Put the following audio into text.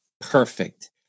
perfect